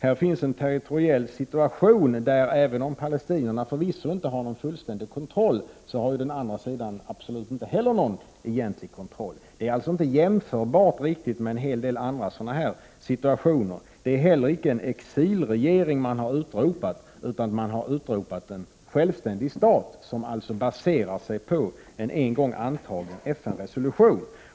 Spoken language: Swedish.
Här finns en territoriell situation, där även om palestinierna förvisso inte har en fullständig kontroll, inte heller den andra sidan har någon egentlig kontroll. Situationen är alltså inte riktigt jämförbar med en hel del andra situationer. Det är icke heller en exilregering som man har utropat, utan man har utropat en självständig stat, som alltså baserar sig på en en gång antagen FN resolution.